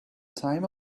time